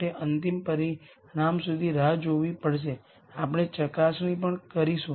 તેથી અમને આગામી સ્લાઇડ આ તમામ ચકાસવા છે